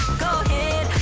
go head,